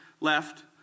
left